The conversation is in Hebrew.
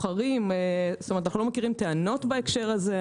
אנחנו לא מכירים טענות בהקשר הזה,